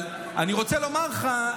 אבל אני רוצה לומר לך,